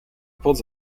pods